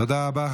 תודה רבה.